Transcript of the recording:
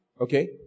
Okay